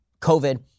covid